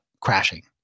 crashing